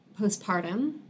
postpartum